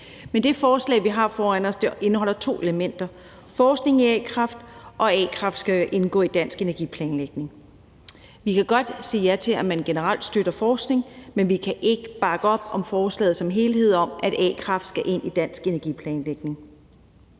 i. Det forslag, vi har foran os, indeholder to elementer: forskning i a-kraft, og at a-kraft skal indgå i dansk energiplanlægning. Vi kan godt sige ja til, at man generelt støtter forskning, men vi kan ikke bakke op om forslaget som helhed og om, at a-kraft skal ind i dansk energiplanlægning.